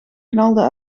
knalden